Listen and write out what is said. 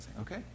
Okay